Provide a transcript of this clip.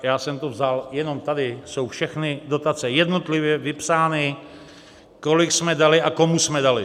Já jsem to vzal, jenom tady jsou všechny dotace jednotlivě vypsány, kolik jsme dali a komu jsme dali.